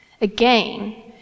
again